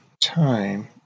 time